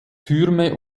türme